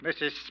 Mrs